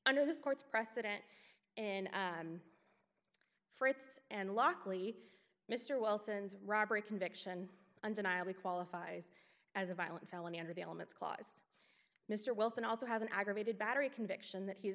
under this court's precedent in freights and luckily mr wilson's robbery conviction undeniably qualifies as a violent felony under the elements caused mr wilson also has an aggravated battery conviction that he's